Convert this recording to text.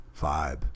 vibe